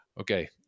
Okay